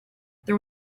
there